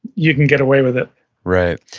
you can get away with it right,